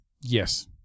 Yes